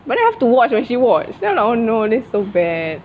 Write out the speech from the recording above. but then I've to watch when she watch then I like oh no that's so bad